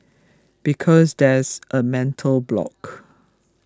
because there's a mental block